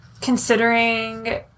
considering